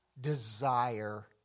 desire